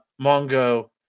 Mongo